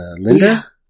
Linda